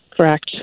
Correct